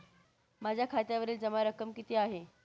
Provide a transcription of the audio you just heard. माझ्या खात्यावरील जमा रक्कम किती आहे?